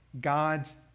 God's